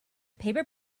paper